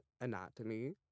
anatomy